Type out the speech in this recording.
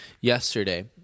yesterday